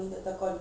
mm